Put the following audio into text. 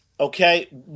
Okay